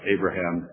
Abraham